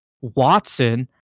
Watson